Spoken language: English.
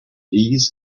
bees